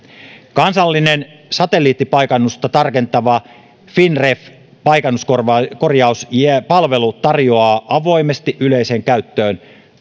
kansallinen satelliittipaikannusta tarkentava finnref paikannuskorjauspalvelu tarjotaan avoimesti yleiseen käyttöön